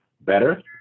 Better